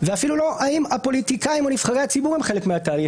ואפילו לא האם הפוליטיקאים או נבחרי הציבור הם חלק מהתהליך,